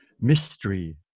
mystery